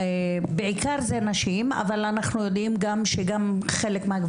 שבעיקר אלה נשים אבל אנחנו יודעים שבחלק מהמקרים